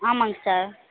ஆமாங்க சார்